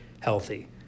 healthy